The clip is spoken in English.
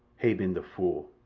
hay ben the fool.